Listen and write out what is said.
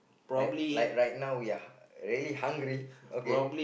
like like right now we are really hungry okay